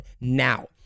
now